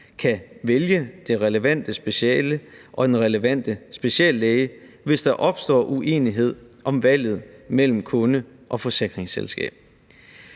kan vælge det relevante speciale og den relevante speciallæge, hvis der opstår uenighed om valget mellem kunde og forsikringsselskab.